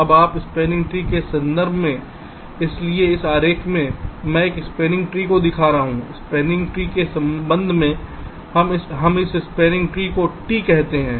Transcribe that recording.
अब इस spanning tree के संबंध में इसलिए इस आरेख में मैं एक स्पॅनिंग ट्री को दिखा रहा हूं स्पॅनिंग ट्री के संबंध में हम इस स्पॅनिंग ट्री को T कहते हैं